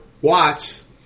watts